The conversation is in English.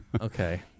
Okay